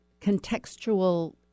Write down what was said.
contextual